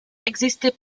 exister